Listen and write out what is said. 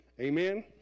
amen